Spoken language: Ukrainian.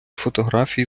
фотографії